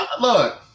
Look